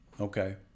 okay